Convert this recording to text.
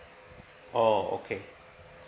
oh okay